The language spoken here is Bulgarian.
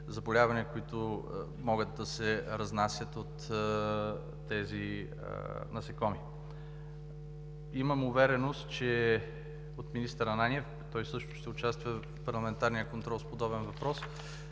заболявания, които могат да се разнасят от тези насекоми. Имам увереност от министър Ананиев – той също ще участва в парламентарния контрол с подобен въпрос,